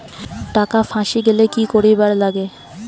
টাকা ফাঁসি গেলে কি করিবার লাগে?